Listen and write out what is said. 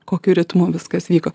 kokiu ritmu viskas vyko